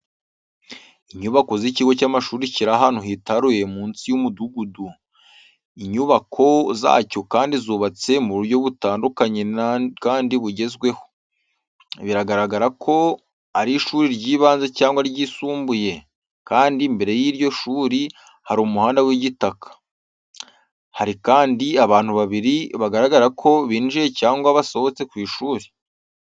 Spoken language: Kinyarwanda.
Inyubazo z’ikigo cy’amashuri kiri ahantu hitaruye munsi y’umudugudu. Inyubako zacyo kandi zubatse mu buryo butandukanye kandi bugezweho. Biragaragara ko ari ishuri ry’ibanze cyangwa iryisumbuye, kandi mbere y’iryo shuri hari umuhanda w’igitaka. Hari kandi abantu babiri bigaragara ko binjiye cyangwa basohotse ku ishuri.